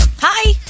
Hi